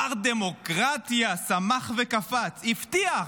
מר דמוקרטיה שמח וקפץ, הבטיח: